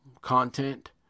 content